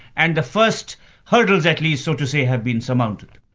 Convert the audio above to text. and the first hurdles at least so to say, had been surmounted.